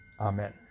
Amen